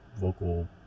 vocal